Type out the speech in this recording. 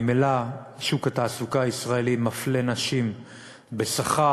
ממילא שוק התעסוקה הישראלי מפלה נשים בשכר,